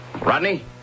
Rodney